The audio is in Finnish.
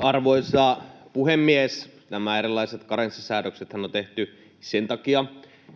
Arvoisa puhemies! Nämä erilaiset karenssisäädöksethän on tehty sen takia,